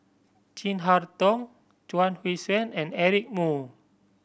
Chin Harn Tong Chuang Hui Tsuan and Eric Moo